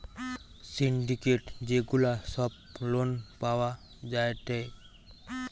syndicate যে গুলা সব লোন পাওয়া যায়টে